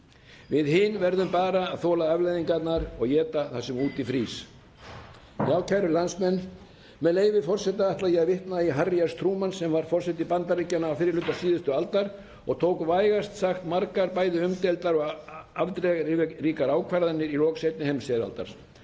Við hin verðum bara að þola afleiðingarnar og éta það sem úti frýs. Kæru landsmenn. Með leyfi forseta ætla ég að vitna í Harry S. Truman sem var forseti Bandaríkjanna á fyrri hluta síðustu aldar og tók vægast sagt margar umdeildar og afdrifaríkar ákvarðanir í lok seinni heimsstyrjaldar.